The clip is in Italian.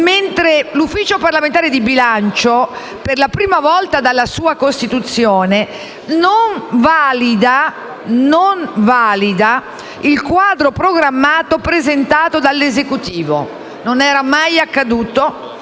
mentre l'Ufficio parlamentare di bilancio, per la prima volta dalla sua costituzione, non ha validato il quadro programmatico presentato dall'Esecutivo. Non era mai accaduto